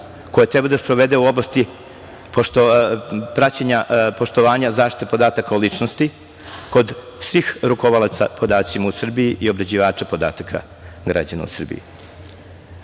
koji treba da sprovede u oblasti praćenja poštovanja zaštite podataka o ličnosti kod svih rukovalaca podacima u Srbiji i obrađivača podataka građana u Srbiji.